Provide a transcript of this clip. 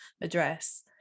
address